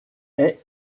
est